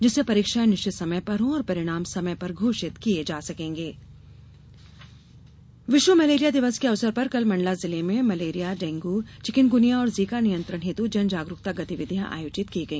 जिससे परीक्षाएँ निश्चित समय पर हों और परिणाम समय पर घोषित किये जा सकेंगे मलेरिया दिवस विश्व मलेरिया दिवस के अवसर पर कल मंडला जिले में मलेरिया डेंगू चिकनगुनिया और जीका नियंत्रण हेतु जनजागरुकता गतिविधियां आयोजित की गई